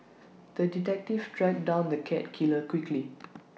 the detective tracked down the cat killer quickly